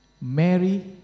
Mary